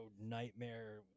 nightmare